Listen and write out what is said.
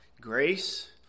grace